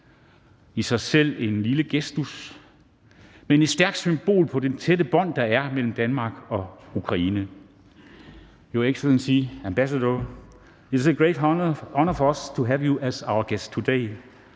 i sig selv en lille gestus, men et stærkt symbol på de tætte bånd, der er, mellem Danmark og Ukraine. Your Excellency, ambassador, it is a great honor for us to have you as our guest today.